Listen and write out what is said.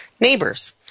neighbors